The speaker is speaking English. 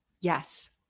Yes